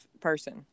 person